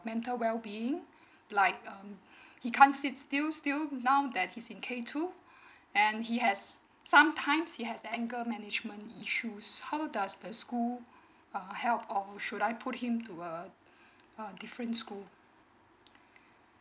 mental well being like um he can't sit still still now that he's in k two and he has sometimes he has anger management issues shoes how does the school uh help or should I put him to uh a different school